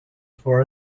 for